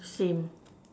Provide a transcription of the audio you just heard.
same